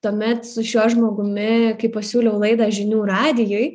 tuomet su šiuo žmogumi kai pasiūliau laidą žinių radijuj